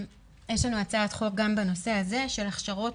יש לנו הצעת חוק גם בנושא הזה של הכשרות